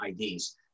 IDs